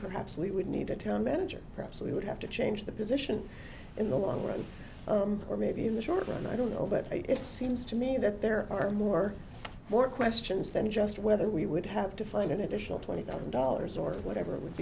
perhaps we would need a town manager perhaps we would have to change the position in the long run or maybe in the short run i don't know but it seems to me that there are more more questions than just whether we would have to fund an additional twenty thousand dollars or whatever it would